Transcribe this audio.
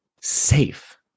safe